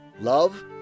love